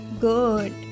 good